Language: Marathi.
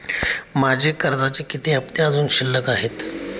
माझे कर्जाचे किती हफ्ते अजुन शिल्लक आहेत?